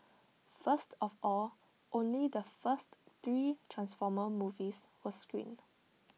first of all only the first three transformer movies were screened